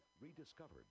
rediscovered